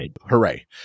hooray